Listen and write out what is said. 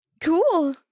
Cool